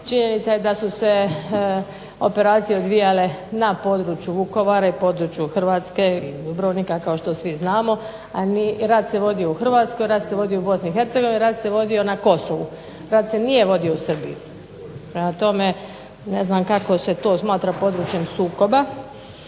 činjenica je da su se operacije odvijale na području Vukovara i području Hrvatske i Dubrovnika kao što svi znamo, a rat se vodio u Hrvatskoj, rat se vodio u BiH, rat se vodio na Kosovu. Rat se nije vodio u Srbiji. Prema tome ne znam kako se to smatra područjem sukoba,